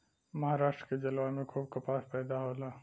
महाराष्ट्र के जलवायु में खूब कपास पैदा होला